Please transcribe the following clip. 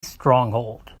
stronghold